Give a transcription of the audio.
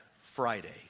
Friday